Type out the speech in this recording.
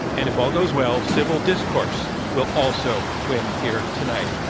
and, if all goes well, civil discourse will also win here tonight.